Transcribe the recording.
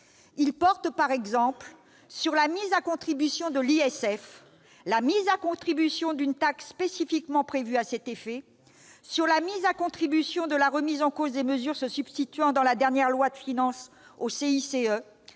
Ils portent, par exemple, sur la mise à contribution de l'ISF, sur la mise à contribution d'une taxe spécifiquement prévue à cet effet ou sur la mise à contribution de la remise en cause des mesures se substituant, dans la dernière loi de finances, au CICE,